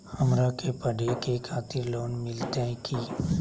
हमरा के पढ़े के खातिर लोन मिलते की?